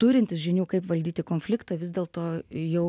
turintis žinių kaip valdyti konfliktą vis dėlto jau